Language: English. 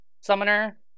Summoner